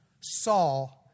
Saul